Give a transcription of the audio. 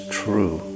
true